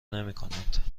نمیکنند